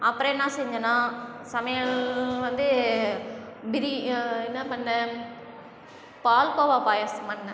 அப்புறம் என்ன செஞ்சேனா சமையல் வந்து பிரி என்ன பண்ணேன் பால்கோவா பாயாசம் பண்ணிணேன்